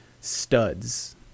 studs